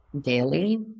daily